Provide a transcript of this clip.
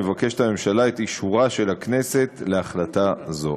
מבקשת הממשלה את אישור הכנסת להחלטה זו.